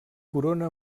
corona